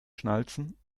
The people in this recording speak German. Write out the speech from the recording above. schnalzen